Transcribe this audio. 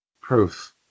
proof